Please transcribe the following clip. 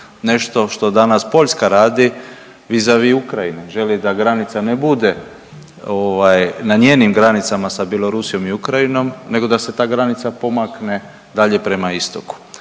Nešto što danas Poljska radi vis a vis Ukrajine, želi da granica ne bude na njenim granicama sa Bjelorusijom i Ukrajinom, nego da se ta granica pomakne dalje prema istoku.